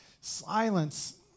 silence